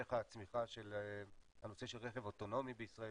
המשך הצמיחה של הנושא של רכב אוטונומי בישראל.